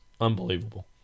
Unbelievable